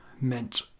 meant